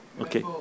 Okay